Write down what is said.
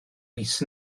fis